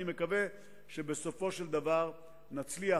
ואני מקווה שבסופו של דבר נצליח,